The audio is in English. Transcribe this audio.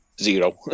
zero